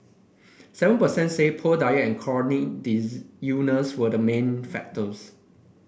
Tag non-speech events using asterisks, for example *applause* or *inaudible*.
seven per cent said poor diet and chronic *unintelligible* illness were the main factors